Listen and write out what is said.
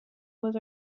was